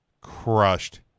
crushed